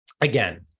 again